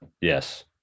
Yes